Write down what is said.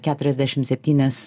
keturiasdešim septynias